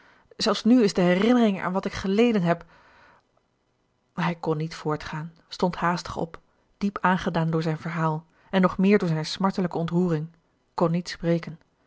worden zelfs nu is de herinnering aan wat ik geleden heb hij kon niet voortgaan stond haastig op diep aangedaan door zijn verhaal en nog meer door zijn smartelijke ontroering kon niet spreken